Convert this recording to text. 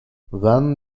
when